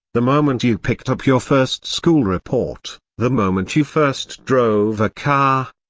the moment you picked up your first school report the moment you first drove a car,